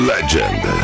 Legend